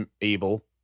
evil